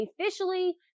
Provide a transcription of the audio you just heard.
officially